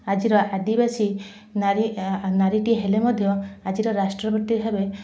ଆଜିର ଆଦିବାସୀ ନାରୀ ନାରୀଟିଏ ହେଲେ ମଧ୍ୟ ଆଜିର ରାଷ୍ଟ୍ରପତି ଭାବେ